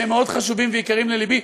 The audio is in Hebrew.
שהם מאוד חשובים ויקרים ללבי,